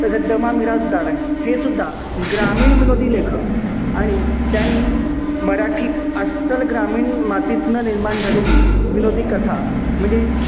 तसंच द मा मिरासदार हेसुद्धा ग्रामीण विनोदी लेखक आणि त्यांनी मराठीत अस्सल ग्रामीण मातीतनं निर्माण झालेली विनोदी कथा म्हणजे